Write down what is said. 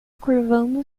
curvando